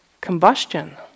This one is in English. combustion